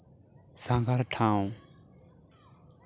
ᱥᱟᱸᱜᱷᱟᱨ ᱴᱷᱟᱶ